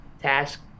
task